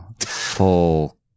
full